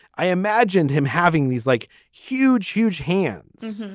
i imagined him having these, like, huge, huge hands.